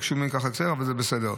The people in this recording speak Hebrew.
ביקשו ממני לקצר אבל זה בסדר.